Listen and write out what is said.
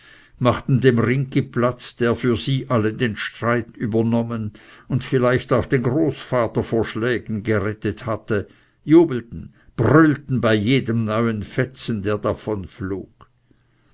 machten dem ringgi platz der für sie alle den streit übernommen und vielleicht auch den großvater vor schlägen gerettet hatte jubelten brüllten bei jedem neuen fetzen der